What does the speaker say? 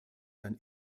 dann